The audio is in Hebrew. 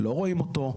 לא רואים אותו,